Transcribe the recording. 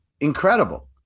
incredible